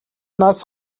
нас